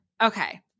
okay